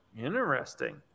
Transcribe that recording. Interesting